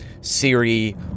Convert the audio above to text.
Siri